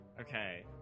okay